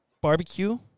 barbecue